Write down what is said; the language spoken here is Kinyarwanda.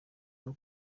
bwo